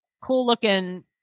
cool-looking